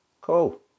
cool